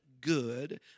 good